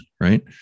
right